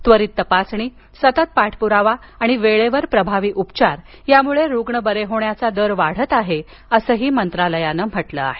त्वरित तपासणी सतत पाठपुरावा आणि वेळेवर प्रभावी उपचार यामुळे रुग्ण बरे होण्याचा दर वाढत आहे असही मंत्रालयानं म्हटलं आहे